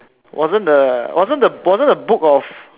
wasn't the wasn't wasn't the book of